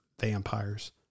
vampires